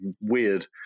weird